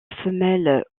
femelle